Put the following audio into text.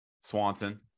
Swanson